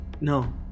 No